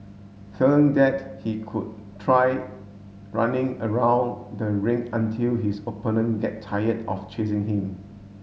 failing that he could try running around the ring until his opponent get tired of chasing him